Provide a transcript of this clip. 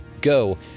Go